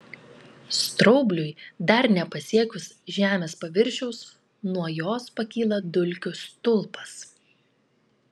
straubliui dar nepasiekus žemės paviršiaus nuo jos pakyla dulkių stulpas